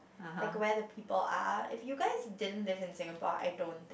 like where the people are if you guys didn't live in Singapore I don't